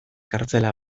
kartzela